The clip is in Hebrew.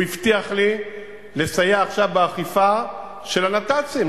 והוא הבטיח לי לסייע עכשיו באכיפה של הנת"צים,